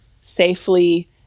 safely